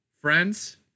friends